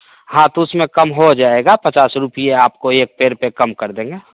हाँ तो उसमें कम हो जाएगा पचास रुपये आपको एक पेड़ पर कम कर देंगे